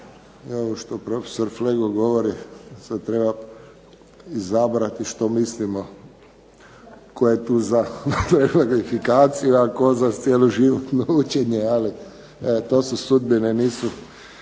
što prof. Flego govori sad treba izabrati što mislimo. Tko je tu za …/Ne razumije se./…, a tko za cjeloživotno učenje, ali to su sudbine, nisu